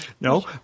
no